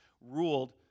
ruled